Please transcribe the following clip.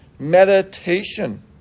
meditation